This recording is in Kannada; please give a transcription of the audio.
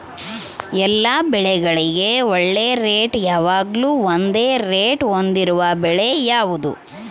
ಎಲ್ಲ ಬೆಳೆಗಳಿಗೆ ಒಳ್ಳೆ ರೇಟ್ ಯಾವಾಗ್ಲೂ ಒಂದೇ ರೇಟ್ ಹೊಂದಿರುವ ಬೆಳೆ ಯಾವುದು?